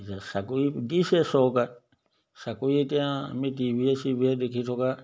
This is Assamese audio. এতিয়া চাকৰি দিছে চৰকাৰে চাকৰি এতিয়া আমি টিভিয়ে চিভিয়ে দেখি থকা